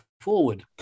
forward